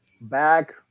back